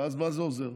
ואז מה זה עוזר?